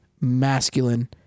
masculine